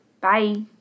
Bye